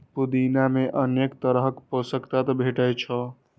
पुदीना मे अनेक तरहक पोषक तत्व भेटै छै